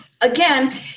again